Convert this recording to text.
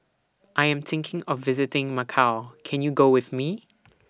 I Am thinking of visiting Macau Can YOU Go with Me